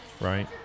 Right